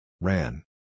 Ran